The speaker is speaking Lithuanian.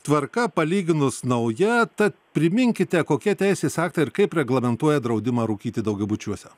tvarka palyginus nauja tad priminkite kokie teisės aktai ir kaip reglamentuoja draudimą rūkyti daugiabučiuose